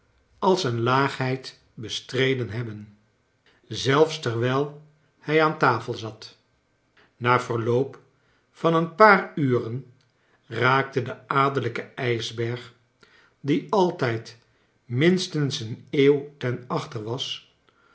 als een laagheid bestreden hebben zelfs terwijl hij aan tafel zat na verloop van een paar uren raakte de adellijke ijsberg die altijd minstens een eeuw ten achteren was